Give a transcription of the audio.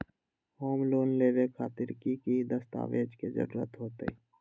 Home loan लेबे खातिर की की दस्तावेज के जरूरत होतई?